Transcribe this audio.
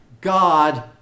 God